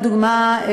לדוגמה,